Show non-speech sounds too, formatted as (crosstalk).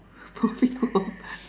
movie (laughs)